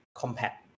compact